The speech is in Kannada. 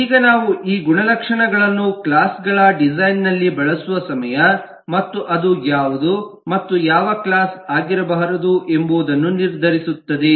ಈಗ ನಾವು ಈ ಗುಣಲಕ್ಷಣಗಳನ್ನು ಕ್ಲಾಸ್ ಗಳ ಡಿಸೈನ್ ನಲ್ಲಿ ಬಳಸುವ ಸಮಯ ಮತ್ತು ಅದು ಯಾವುದು ಮತ್ತು ಯಾವ ಕ್ಲಾಸ್ ಆಗಿರಬಾರದು ಎಂಬುದನ್ನು ನಿರ್ಧರಿಸುತ್ತದೆ